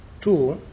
Two